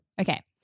Okay